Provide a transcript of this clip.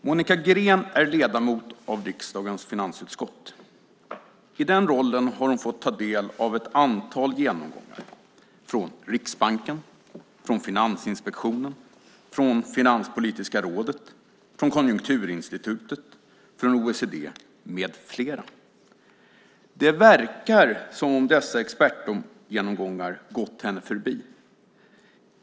Fru talman! Monica Green är ledamot av riksdagens finansutskott. I den rollen har hon fått ta del av ett antal genomgångar som hållits av Riksbanken, av Finansinspektionen, av Finanspolitiska rådet, av Konjunkturinstitutet, av OECD med flera. Det verkar som om dessa expertgenomgångar gått henne förbi.